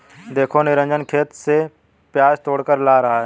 देखो निरंजन खेत से प्याज तोड़कर ला रहा है